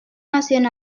nazioen